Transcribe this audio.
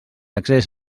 accés